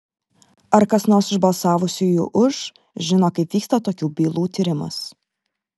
ar kas nors iš balsavusiųjų už žino kaip vyksta tokių bylų tyrimas